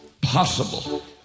possible